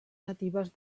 natives